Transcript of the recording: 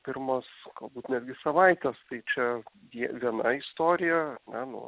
pirmos galbūt netgi savaitės tai čia jie viena istorija ar ne nu